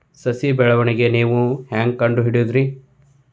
ಸಸಿ ಬೆಳವಣಿಗೆ ನೇವು ಹ್ಯಾಂಗ ಕಂಡುಹಿಡಿಯೋದರಿ?